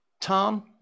Tom